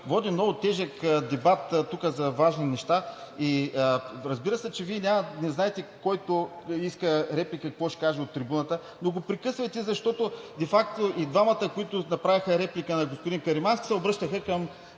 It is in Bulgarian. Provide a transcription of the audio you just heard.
Водим много тежък дебат тук за важни неща. Разбира се, че Вие не знаете който ще иска реплика, какво ще каже от трибуната, но го прекъсвайте, защото де факто и двамата, които направиха реплика на господин Каримански, се обръщаха към